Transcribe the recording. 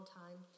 time